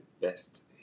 best